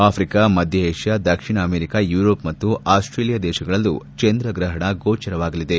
Africa ಮಧ್ಯ Asia ದಕ್ಷಿಣ America Europe ಮತ್ತು ಆಸ್ಟೇಲಿಯಾ ದೇಶಗಳಲ್ಲೂ ಚಂದ್ರಗ್ರಹಣ ಗೋಚರವಾಗಲಿದೆ